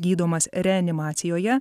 gydomas reanimacijoje